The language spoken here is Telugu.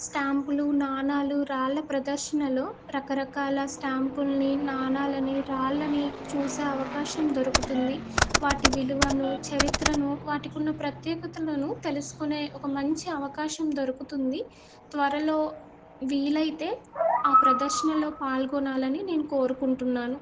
స్టాంపులు నాణాలు రాళ్ళ ప్రదర్శనలో రకరకాల స్టాంపుల్ని నాణాలని రాళ్ళని చూసే అవకాశం దొరుకుతుంది వాటి విలువను చరిత్రను వాటికున్న ప్రత్యేకతలను తెలుసుకునే ఒక మంచి అవకాశం దొరుకుతుంది త్వరలో వీలైతే ఆ ప్రదర్శనలో పాల్గొనాలని నేను కోరుకుంటున్నాను